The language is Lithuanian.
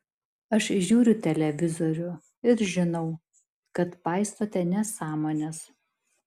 aš žiūriu televizorių ir žinau kad paistote nesąmones